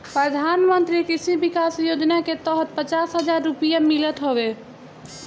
प्रधानमंत्री कृषि विकास योजना के तहत पचास हजार रुपिया मिलत हवे